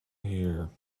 here